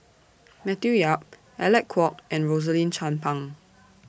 Matthew Yap Alec Kuok and Rosaline Chan Pang